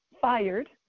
fired